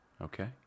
Okay